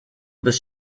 bist